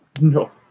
No